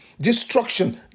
destruction